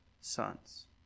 sons